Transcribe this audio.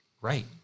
Right